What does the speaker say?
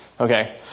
Okay